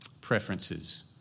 preferences